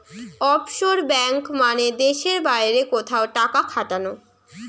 offshore banking মানে দেশের বাইরে কোথাও টাকা খাটানো